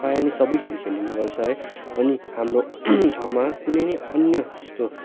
प्राय नै सबै खेल खेलिने गर्छ है अनि हाम्रो ठाउँमा कुनै अन्य त्यस्तो